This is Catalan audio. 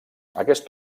aquest